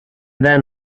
then